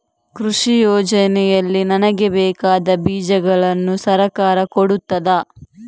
ಕೃಷಿ ಯೋಜನೆಯಲ್ಲಿ ನನಗೆ ಬೇಕಾದ ಬೀಜಗಳನ್ನು ಸರಕಾರ ಕೊಡುತ್ತದಾ?